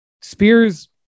Spears